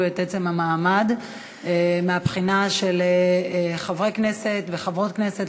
את עצם המעמד מהבחינה של חברי כנסת וחברות כנסת.